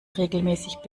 regelmäßig